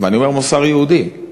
ואני אומר מוסר יהודי,